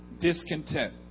discontent